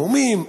זיהומים,